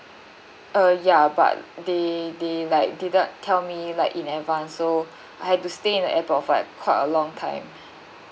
uh ya but they they like didn't tell me like in advance so I had to stay in the airport for like quiet a long time